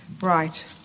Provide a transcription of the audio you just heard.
Right